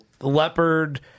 leopard